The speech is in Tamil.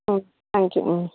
ம் தேங்க்யூ ம்